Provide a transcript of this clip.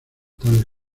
tales